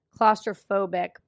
claustrophobic